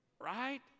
Right